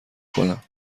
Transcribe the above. کنم